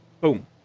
Boom